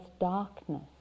darkness